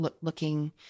looking